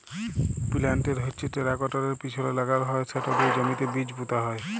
পিলান্টের হচ্যে টেরাকটরের পিছলে লাগাল হয় সেট দিয়ে জমিতে বীজ পুঁতা হয়